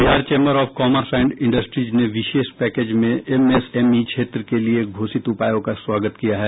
Bihar chamber of commerce and industries ने विशेष package में एमएसएमई क्षेत्र के लिए घोषित उपायों का स्वागत किया है